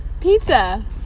pizza